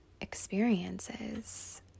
experiences